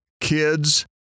Kids